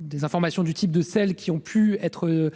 des informations comme celles qui ont pu être